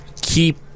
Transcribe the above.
keep